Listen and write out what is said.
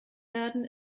werden